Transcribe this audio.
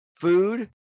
food